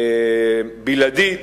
בלעדית